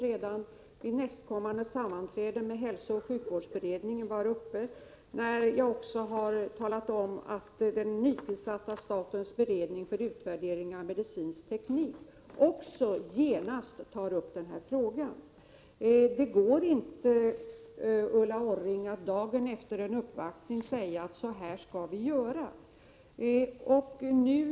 Redan vid nästkommande sammanträde, efter förbundets framställningar, med hälsooch sjukvårdsberedningen var frågan uppe, och den nytillsatta statens beredning för utvärdering av medicinsk teknik tar upp frågan genast. Det går inte, Ulla Orring, att dagen efter en uppvaktning säga: Så här skall vi göra.